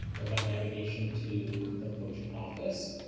we'll have navigation to the coach office.